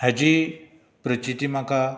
हाची प्रचिती म्हाका